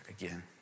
again